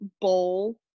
bowl